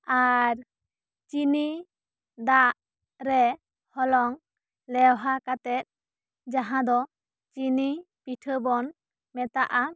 ᱟᱨ ᱪᱤᱱᱤ ᱫᱟᱜ ᱨᱮ ᱦᱚᱞᱚᱝ ᱞᱮᱦᱣᱟ ᱠᱟᱛᱮᱫ ᱢᱟᱦᱟᱸ ᱫᱚ ᱪᱤᱱᱤ ᱯᱤᱴᱷᱟᱹ ᱵᱚᱱ ᱢᱮᱛᱟᱜ ᱟ